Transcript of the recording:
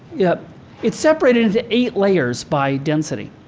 yeah it separated into eight layers by density.